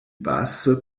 passe